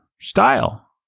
style